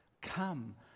Come